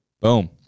Boom